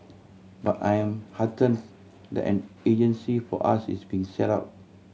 but I am hearten that an agency for us is being set up